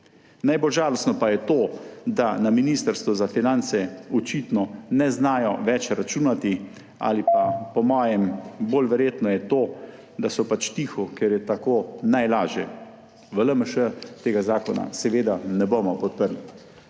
Najbolj žalostno pa je to, da na Ministrstvu za finance očitno ne znajo več računati. Ali pa po mojem bolj verjetno je to, da so pač tiho, ker je tako najlažje. V LMŠ tega zakona seveda ne bomo podprli.